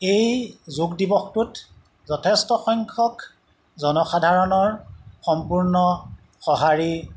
এই যোগ দিৱসটোত যথেষ্ট সংখ্যক জনসাধাৰণৰ সম্পূৰ্ণ সঁহাৰি